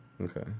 Okay